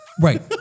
Right